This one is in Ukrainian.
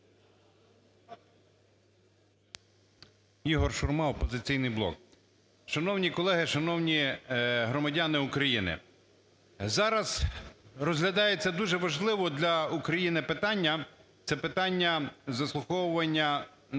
Ігор Шурма, "Опозиційний блок". Шановні колеги! Шановні громадяни України! Зараз розглядається дуже важливе для України питання це питання заслуховування теми